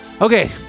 Okay